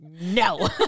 no